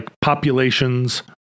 population's